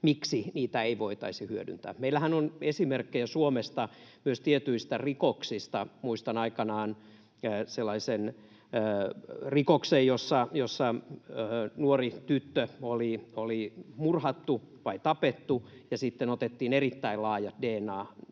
miksi niitä ei voitaisi hyödyntää. Meillähän on esimerkkejä myös Suomesta tietyistä rikoksista. Muistan aikanaan sellaisen rikoksen, jossa nuori tyttö oli murhattu tai tapettu, ja sitten otettiin erittäin laajat dna-näytemäärät,